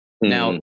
now